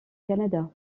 canada